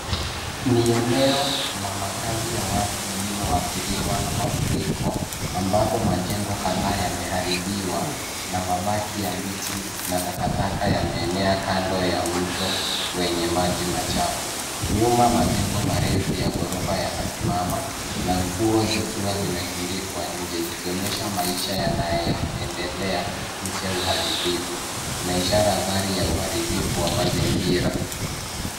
Ni eneo la makazi ya watu lililoathiriwa na mafuriko, ambapo majengo kadhaa yameharibiwa na mabaki ya miti na takataka yameenea kando ya mto wenye maji machafu. Nyuma, majengo marefu ya ghorofa yanasimama na nguo zikiwa zimetundikwa nje, zikionyesha maisha yanayoendelea licha ya uharibifu. Ina ishara ya athari ya uharibifu wa mazingira.